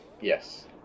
Yes